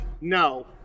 No